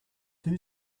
two